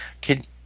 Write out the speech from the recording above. Kid